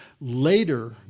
Later